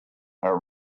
are